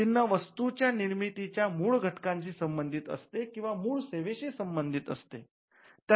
चिन्ह वस्तूच्या निर्मितीच्या मूळ घटकांशी संबंधित असते किंवा मूळ सेवेशी संबंधित असते